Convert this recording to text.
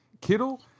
Kittle